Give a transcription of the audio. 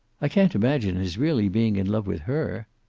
i can't imagine his really being in love with her.